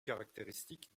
caractéristiques